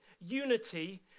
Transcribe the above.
unity